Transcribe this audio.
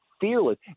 Fearless